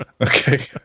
Okay